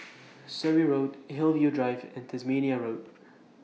Surrey Road Hillview Drive and Tasmania Road